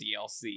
dlc